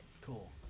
Cool